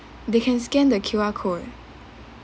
they can scan the Q_R code